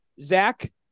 Zach